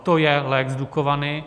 To je lex Dukovany.